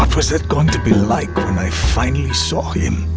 um was it going to be like when i finally saw him?